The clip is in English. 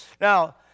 Now